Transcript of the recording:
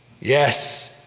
Yes